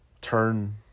turn